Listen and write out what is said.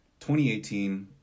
2018